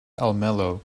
almelo